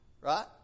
right